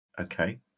okay